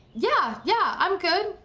yeah, yeah, i'm good.